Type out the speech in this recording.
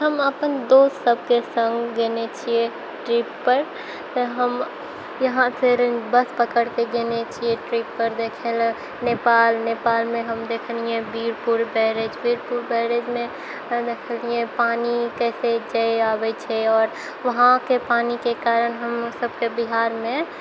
हम अप्पन दोस्त सबके सङ्ग गेलऽ छिए ट्रिपपर तऽ हम यहाँसँ बस पकड़िके गेलऽ छिए ट्रिपपर देखैलए नेपाल नेपालमे हम देखलिए बीरपुर बैरेज बीरपुर बैरेजमे हम देखलिए पानी कइसे जाइ आबै छै आओर वहाँके पानीके कारण हमसबके बिहारमे